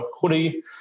hoodie